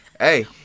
Hey